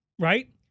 Right